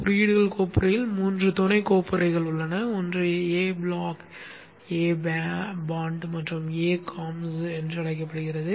குறியீடுகள் கோப்புறையில் மூன்று துணை கோப்புறைகள் உள்ளன ஒன்று A block A bond மற்றும் A comps என்று அழைக்கப்படுகிறது